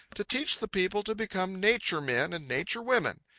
to teach the people to become nature men and nature women.